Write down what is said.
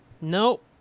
nope